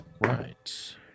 right